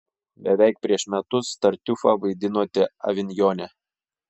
beveik prieš metus tartiufą vaidinote avinjone